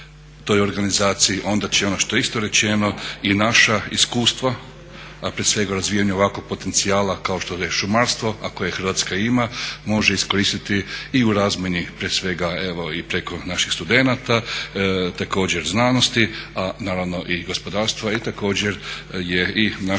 toj organizaciji onda će ono što je isto rečeno i naša iskustva, a prije svega razvijanje ovakvog potencijala kao što je šumarstvo a koje Hrvatska ima, može iskoristiti i u razmjeni prije svega evo i preko naših studenata, također znanosti, a naravno i gospodarstva. I također je i naše gospodarstvo